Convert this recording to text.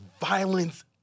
violence